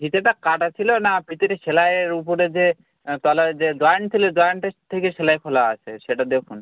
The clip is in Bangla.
ফিতেটা কাটা ছিল না ফিতেটা সেলাইয়ের উপরে যে তলায় যে জয়েন্ট ছিল জয়েন্টের থেকে সেলাই খোলা আছে সেটা দেখুন